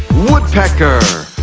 woodpecker